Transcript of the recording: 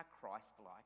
Christ-like